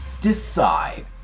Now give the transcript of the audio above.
decide